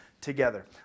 together